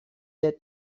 der